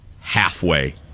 halfway